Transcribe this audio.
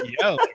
yo